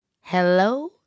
Hello